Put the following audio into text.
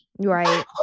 Right